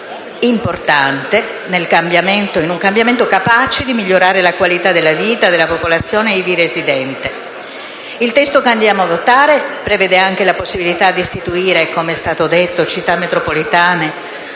importante di un cambiamento capace di migliorare la qualità della vita della popolazione ivi residente. Il testo che andremo a votare prevede anche la possibilità di istituire, come è stato detto, Città metropolitane